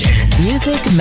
music